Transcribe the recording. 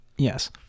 yes